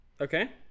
Okay